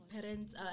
parents